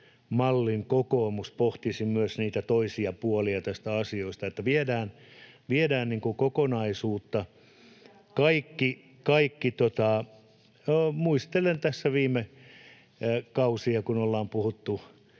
mallin kokoomus pohtisi myös niitä toisia puolia näistä asioista, niin että viedään kokonaisuutta, kaikki... [Sofia Vikmanin välihuuto] — Muistelen tässä viime kausia, kun ollaan puhuttu